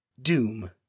Doom